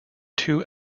two